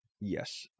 Yes